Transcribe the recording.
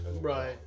right